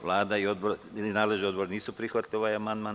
Vlada i nadležni odbor nisu prihvatili ovaj amandman.